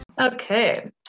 Okay